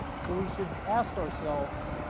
so we should ask ourselves